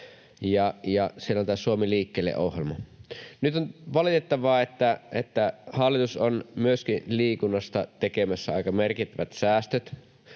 ja siellä on tämä Suomi liikkeelle ‑ohjelma. Nyt on valitettavaa, että hallitus on myöskin liikunnasta tekemässä aika merkittävät säästöt,